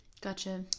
Gotcha